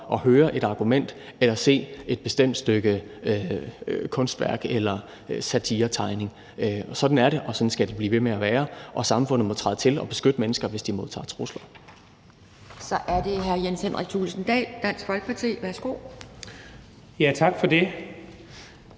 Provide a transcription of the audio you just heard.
at høre et argument eller se et bestemt kunstværk eller en satiretegning. Sådan er det, og sådan skal det blive ved med at være. Og samfundet må træde til og beskytte mennesker, hvis de modtager trusler.